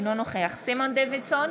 אינו נוכח סימון דוידסון,